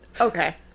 Okay